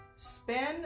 Spin